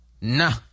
nah